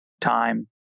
time